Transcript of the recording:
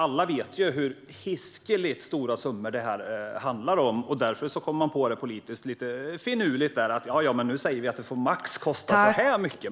Alla vet hur hiskligt stora summor det handlar om, och därför har man kommit på det politiskt lite finurliga att säga att det max får kosta så här mycket.